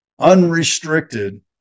Unrestricted